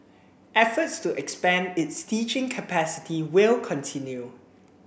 efforts to expand its teaching capacity will continue